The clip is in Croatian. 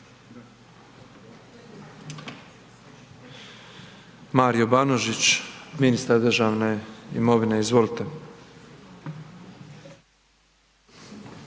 Mario Banožić, ministar državne imovine, izvolite.